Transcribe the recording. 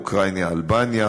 אוקראינה ואלבניה,